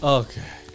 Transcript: okay